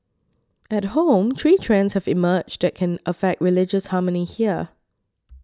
at home three trends have emerged that can affect religious harmony here